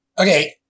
Okay